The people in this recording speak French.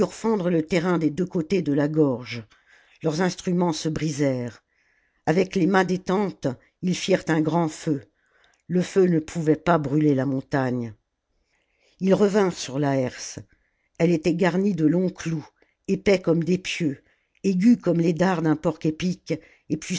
fendre le terrain des deux côtés de la gorge leurs instruments se brisèrent avec les mâts des tentes ils firent un grand feu le feu ne pouvait pas brûler la montagne ils revinrent sur la herse elle était garnie de longs clous épais comme des pieux aigus comme les dards d'un porc épie et